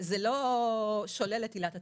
עילת התביעה.